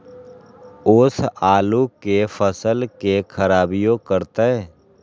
ओस आलू के फसल के खराबियों करतै?